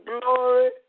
glory